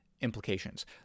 implications